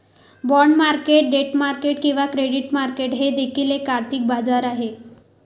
bond market debt market किंवा credit market हे देखील एक आर्थिक बाजार आहे